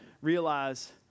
realize